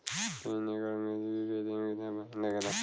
तीन एकड़ मिर्च की खेती में कितना पानी लागेला?